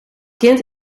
kind